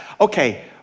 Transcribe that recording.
Okay